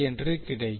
என்று கிடைக்கும்